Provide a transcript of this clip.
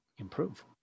improve